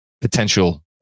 potential